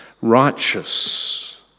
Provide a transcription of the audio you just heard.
righteous